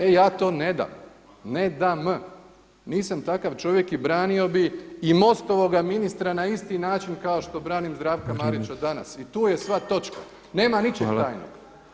E ja to ne dam, ne dam, nisam takav čovjek i branio bi i MOST-ovoga ministra na isti način kao što branim Zdravka Marića danas [[Upadica Petrov: Vrijeme.]] i tu je sva točka, nema ničeg tajnog.